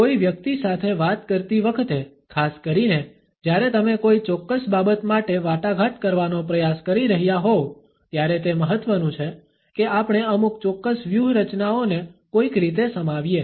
કોઈ વ્યક્તિ સાથે વાત કરતી વખતે ખાસ કરીને જ્યારે તમે કોઈ ચોક્કસ બાબત માટે વાટાઘાટ કરવાનો પ્રયાસ કરી રહ્યા હોવ ત્યારે તે મહત્વનું છે કે આપણે અમુક ચોક્કસ વ્યૂહરચનાઓને કોઈક રીતે સમાવીએ